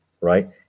right